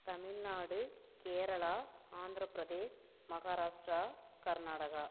Tamil Nadu Kerala Andhra Pradesh Maharashtra Karnataka